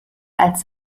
als